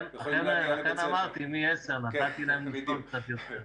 לכן אמרתי מ-10:00, נתתי להם לישון קצת יותר.